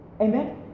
Amen